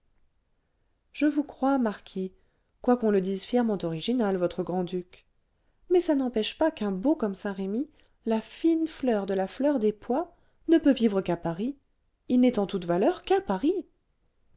je vous crois marquis quoiqu'on le dise fièrement original votre grand-duc mais ça n'empêche pas qu'un beau comme saint-remy la fine fleur de la fleur des pois ne peut vivre qu'à paris il n'est en toute valeur qu'à paris